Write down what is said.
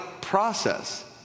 process